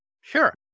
Sure